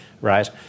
right